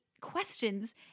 questions